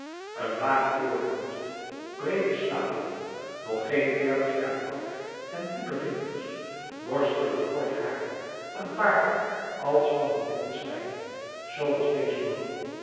een laag voorhoofd breede slapen nog geen veertig jaar oud en diepe rimpels borstelig kort haar een baard als van een wild zwijn zoo was deze man